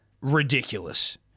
Ridiculous